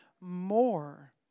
more